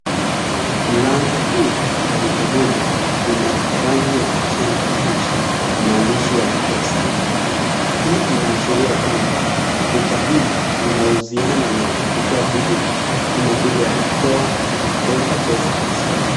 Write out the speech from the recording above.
Lango kuu la duka moja lina rangi ya kijani kibichi na maandishi ya M-Pesa . Hii inaashiria kwamba duka hili linauziana na kutoa huduma kama vile ya kutoa na kuweka pesa kwa simu.